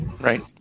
Right